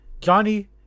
Johnny